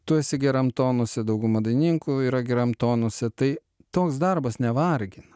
tu esi geram tonuse dauguma dainininkų yra geram tonuose tai toks darbas nevargina